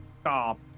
Stop